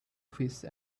office